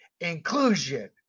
inclusion